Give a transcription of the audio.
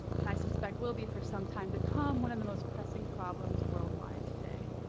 and i suspect will be for some time to come, one of the most pressing problems worldwide today.